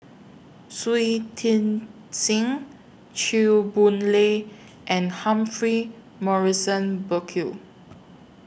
Shui Tit Sing Chew Boon Lay and Humphrey Morrison Burkill